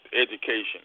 education